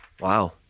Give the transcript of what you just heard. Wow